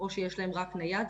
או שיש להם רק נייד,